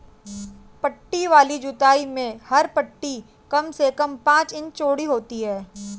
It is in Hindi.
पट्टी वाली जुताई में हर पट्टी कम से कम पांच इंच चौड़ी होती है